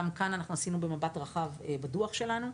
גם כאן אנחנו עשינו במבט רחב בדוח שלנו.